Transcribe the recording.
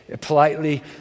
politely